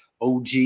OG